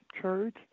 Church